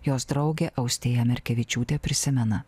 jos draugė austėja merkevičiūtė prisimena